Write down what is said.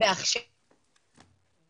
בהכשרות